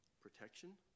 protection